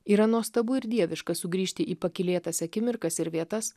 yra nuostabu ir dieviška sugrįžti į pakylėtas akimirkas ir vietas